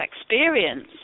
experience